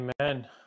Amen